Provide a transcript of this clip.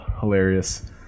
hilarious